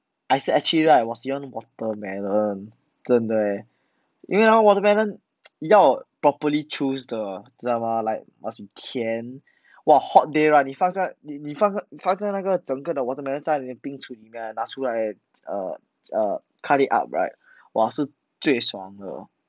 I 是 actually right 我喜欢 watermelon 真的 eh 因为啊 watermelon 要 properly choose 的知道吗 like must be 甜 !wah! hot day right 你放在你你放在放在那个整个的 watermelon 在你的冰橱里面啊拿出来 right err err cut it out right 哇是最爽的